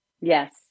Yes